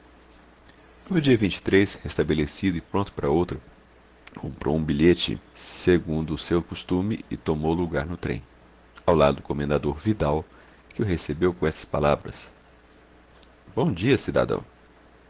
no dia e três restabelecido e pronto para outra comprou um bilhete segundo o seu costume e tomou lugar no trem ao lado do comendador vidal que o recebeu com estas palavras bom dia cidadão